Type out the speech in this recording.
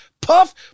Puff